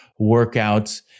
workouts